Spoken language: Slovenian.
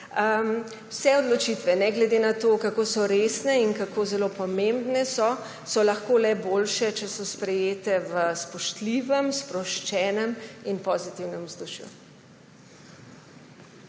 Vse odločitve, ne glede na to, kako resne in kako zelo pomembne so, so lahko le boljše, če so sprejete v spoštljivem, sproščenem in pozitivnem vzdušju.